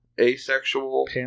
asexual